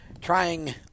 trying